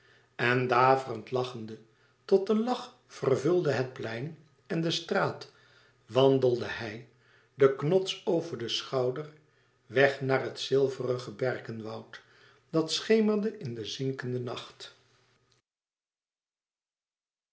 en daverend lachende tot de lach vervulde het plein en de straat wandelde hij den knots over den schouder weg naar het zilverige berkenwoud dat schemerde in de zinkende nacht